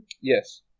Yes